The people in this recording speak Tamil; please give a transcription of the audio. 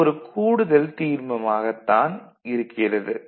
அது ஒரு கூடுதல் தீர்மம் ஆகத்தான் இருக்கிறது